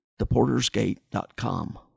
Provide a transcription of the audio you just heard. theportersgate.com